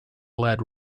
lead